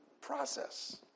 process